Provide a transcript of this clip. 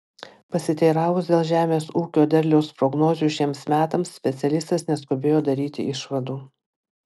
pasiteiravus dėl žemės ūkio derliaus prognozių šiems metams specialistas neskubėjo daryti išvadų